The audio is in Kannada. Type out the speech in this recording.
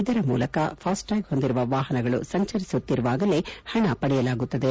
ಇದರ ಮೂಲಕ ಫಾಸ್ಟ್ಟ್ಯಾಗ್ ಹೊಂದಿರುವ ವಾಹನಗಳು ಸಂಚರಿಸುತ್ತಿರುವಾಗಲೇ ಹಣವನ್ನು ಪಡೆಯಲಾಗುತ್ತದೆ